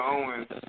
Owens